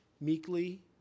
meekly